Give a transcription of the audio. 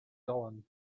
dauern